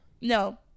No